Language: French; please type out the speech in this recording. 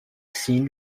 sin